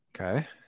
Okay